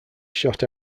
shot